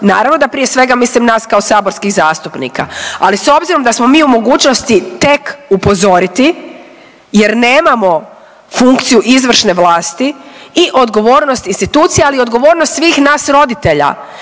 naravno da prije svega mislim nas kao saborskih zastupnika, ali s obzirom da smo mi u mogućnosti tek upozoriti jer nemamo funkciju izvršne vlasti i odgovornost institucija, ali i odgovornost svih nas roditelja